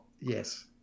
Yes